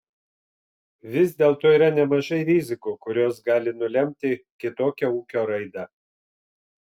vis dėlto yra nemažai rizikų kurios gali nulemti kitokią ūkio raidą